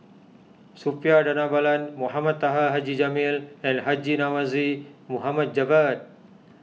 Suppiah Dhanabalan Mohamed Taha Haji Jamil and Haji Namazie Mohd Javad